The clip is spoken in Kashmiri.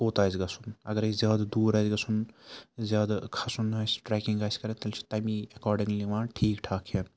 کوٚت آسہِ گژھُن اگرَے زیادٕ دوٗر آسہِ گژھُن زیادٕ کھَسُن آسہِ ٹرٛٮ۪کِنٛگ آسہِ کَرٕنۍ تیٚلہِ چھِ تَمی اٮ۪کاڈِںٛگ نِوان ٹھیٖک ٹھاکھ کھٮ۪ن